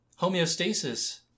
homeostasis